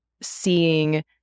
seeing